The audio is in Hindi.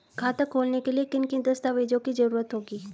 खाता खोलने के लिए किन किन दस्तावेजों की जरूरत होगी?